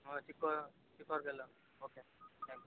ಹಾಂ ಚಿಕ್ಕ ಚಿಕ್ಕವ್ರಿಗೆಲ್ಲ ಓಕೆ ತ್ಯಾಂಕ್ ಯು